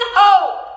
hope